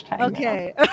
Okay